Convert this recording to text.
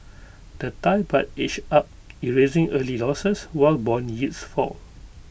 the Thai Baht edged up erasing early losses while Bond yields fall